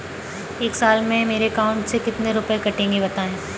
एक साल में मेरे अकाउंट से कितने रुपये कटेंगे बताएँ?